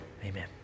Amen